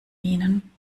ihnen